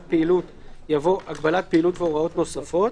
פעילות)" יבוא "(הגבלת פעילות והוראות נוספות)".